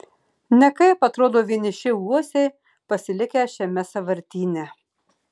nekaip atrodo vieniši uosiai pasilikę šiame sąvartyne